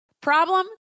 Problem